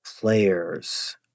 players